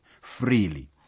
freely